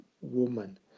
woman